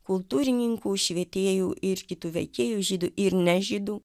kultūrininkų švietėjų ir kitų veikėjų žydų ir ne žydų